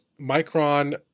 Micron